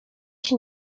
się